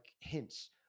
hints